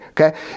Okay